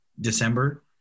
December